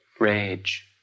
Rage